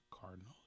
Cardinals